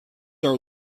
are